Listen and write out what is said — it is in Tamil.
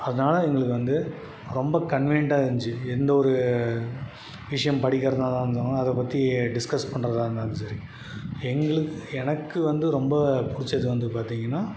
அதனால எங்களுக்கு வந்து ரொம்ப கன்வீனியெண்ட்டாக இருந்துச்சி எந்த ஒரு விஷயம் படிக்கிறதாக இருந்தாலும் அதைப் பற்றி டிஸ்கஸ் பண்ணுறதா இருந்தாலும் சரி எங்களுக்கு எனக்கு வந்து ரொம்ப பிடிச்சது வந்து பார்த்திங்கனா